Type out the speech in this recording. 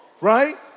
right